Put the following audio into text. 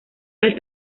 las